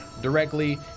directly